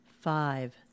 five